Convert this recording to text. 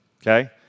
okay